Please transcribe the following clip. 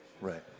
right